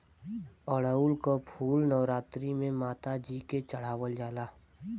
अढ़ऊल क फूल नवरात्री में माता जी के चढ़ावल जाला